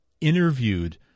interviewed